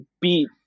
beat